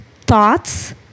thoughts